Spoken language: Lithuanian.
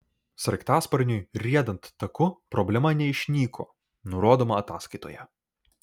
sraigtasparniui riedant taku problema neišnyko nurodoma ataskaitoje